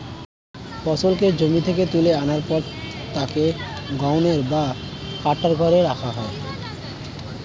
ফসলকে জমি থেকে তুলে আনার পর তাকে গ্রেন বা খাদ্য কার্টে রাখা হয়